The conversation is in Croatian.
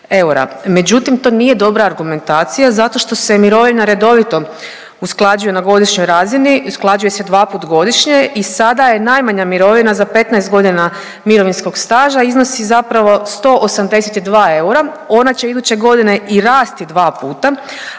Međutim, to nije dobra argumentacija zato što se mirovina redovito usklađuje na godišnjoj razini, usklađuje se dvaput godišnje i sada je najmanja mirovina za 15 godina mirovinskog staža iznosi zapravo 182 eura, onda će iduće godine i rasti 2 puta,